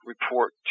report